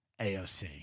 AOC